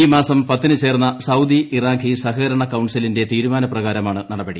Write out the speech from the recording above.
ഈ മാസം പത്തിന് ചേർന്ന സൌദി ഇറാഖി സഹകരണ കൌൺസിലിന്റെ തീരുമാനപ്രകാരമാണ് നടപടി